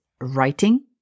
writing